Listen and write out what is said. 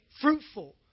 fruitful